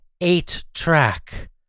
Eight-track